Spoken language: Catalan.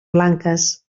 blanques